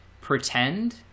pretend